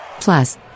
Plus